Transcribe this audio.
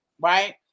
right